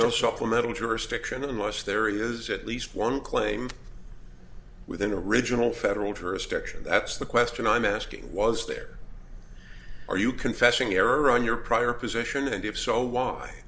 no supplemental jurisdiction unless there is at least one claim within a regional federal jurisdiction that's the question i'm asking was there are you confessing error on your prior position and if so why